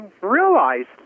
realized